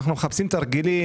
אנחנו מחפשים תרגילים,